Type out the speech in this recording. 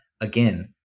again